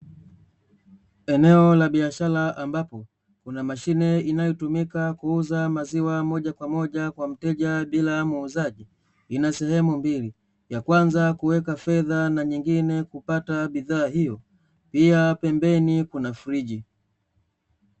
Eneo la biashara ambapo kuna mashine inayotumika kuuza maziwa, moja kwa moja kwa mteja bila ya muuzaji, ina sehemu mbili, ya kwanza kuweka fedha na nyingine kupata bidhaa hiyo pia pembeni kuna friji.